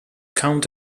count